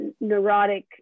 neurotic